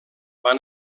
van